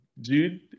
Dude